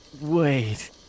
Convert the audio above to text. Wait